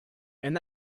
and